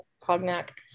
Cognac